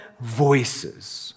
voices